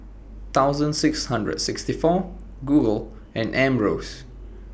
thousand six hundred sixty four Google and Ambros